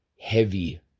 heavy